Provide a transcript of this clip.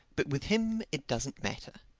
but with him it doesn't matter.